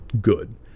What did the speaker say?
good